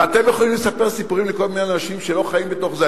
ואתם יכולים לספר סיפורים לכל מיני אנשים שלא חיים בתוך זה,